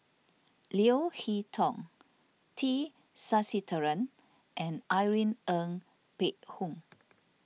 Leo Hee Tong T Sasitharan and Irene Ng Phek Hoong